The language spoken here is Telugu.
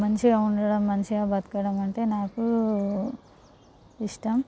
మంచిగా ఉండడం మంచిగా బతకడం అంటే నాకు ఇష్టం